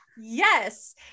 Yes